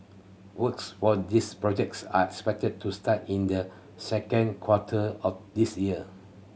works for these projects are expected to start in the second quarter of this year